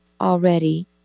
already